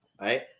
right